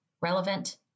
Relevant